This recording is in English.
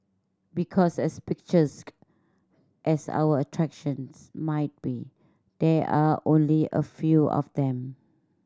because as picturesque as our attractions might be there are only a few of them